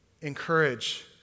Encourage